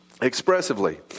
Expressively